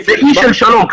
זה אי של שלום.